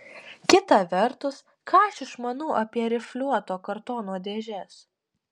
kita vertus ką aš išmanau apie rifliuoto kartono dėžes